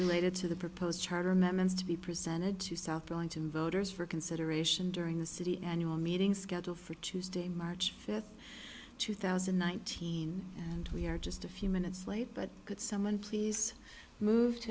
related to the proposed charter amendments to be presented to south burlington voters for consideration during the city annual meeting scheduled for tuesday march fifth two thousand and nineteen and we are just a few minutes late but could someone please move